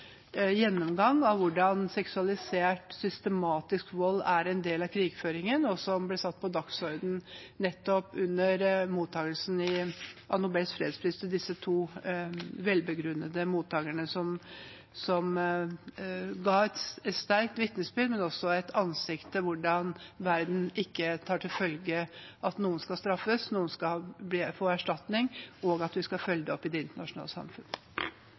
gjennomgang av hvordan systematisk seksualisert vold er en del av krigføringen, som ble satt på dagsordenen under mottakelsen av Nobels fredspris ved disse to velbegrunnede mottakerne, som ga et sterkt vitnesbyrd, men også et ansikt til hvordan verden ikke tar til følge at noen skal straffes, at noen skal få erstatning, og at vi skal følge det opp i det internasjonale samfunn.